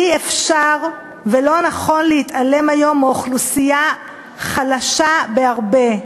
אי-אפשר ולא נכון להתעלם היום מאוכלוסייה חלשה בהרבה,